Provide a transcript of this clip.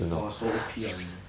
!wah! so O_P ah 你